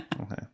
Okay